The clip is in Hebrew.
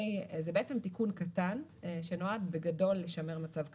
זה תיקון קטן שנועד בגדול לשמר מצב קיים.